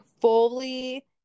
fully